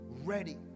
ready